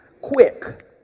Quick